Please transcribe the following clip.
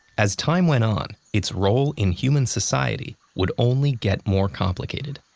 as time went on, its role in human society would only get more complicated.